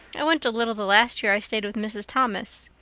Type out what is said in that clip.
i went a little the last year i stayed with mrs. thomas.